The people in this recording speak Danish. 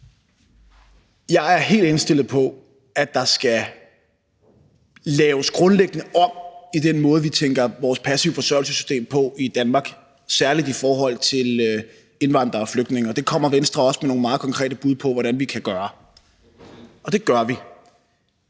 Jeg er helt indstillet på, at der skal laves grundlæggende om på den måde, som vi tænker vores system med passiv forsørgelse på, særlig i forhold til indvandrere og flygtninge. Og det kommer Venstre også med nogle meget konkrete bud på hvordan vi kan gøre – og det gør vi.